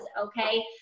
okay